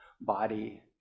body